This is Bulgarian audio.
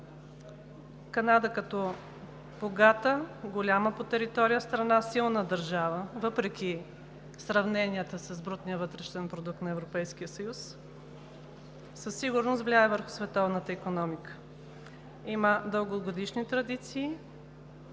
Канада като богата, голяма по територия страна, силна държава, въпреки сравненията с брутния вътрешен продукт на Европейския съюз, със сигурност влияе върху световната икономика, има дългогодишни традиции